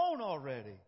already